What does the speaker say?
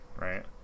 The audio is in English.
right